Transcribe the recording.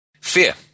Fear